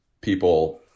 people